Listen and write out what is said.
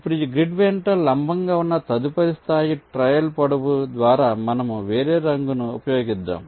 ఇప్పుడు ఈ గ్రిడ్ వెంట లంబంగా ఉన్న తదుపరి స్థాయి ట్రయల్ పొడవు ద్వారా మనము వేరే రంగును ఉపయోగించుదాం